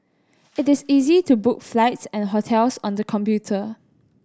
it is easy to book flights and hotels on the computer